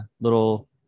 little